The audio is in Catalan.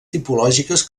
tipològiques